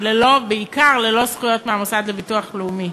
ובעיקר ללא זכויות מהמוסד לביטוח לאומי.